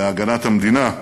בהגנת המדינה,